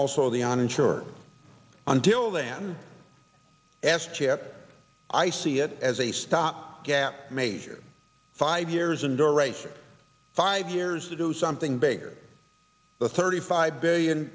also the uninsured until then asked chip i see it as a stopgap major five years in duration five years to do something bigger the thirty five billion